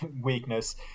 weakness